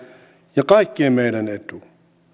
ja kaikkien meidän etu